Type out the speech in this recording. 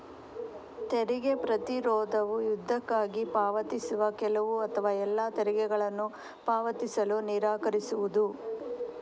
ತೆರಿಗೆ ಪ್ರತಿರೋಧವು ಯುದ್ಧಕ್ಕಾಗಿ ಪಾವತಿಸುವ ಕೆಲವು ಅಥವಾ ಎಲ್ಲಾ ತೆರಿಗೆಗಳನ್ನು ಪಾವತಿಸಲು ನಿರಾಕರಿಸುವುದು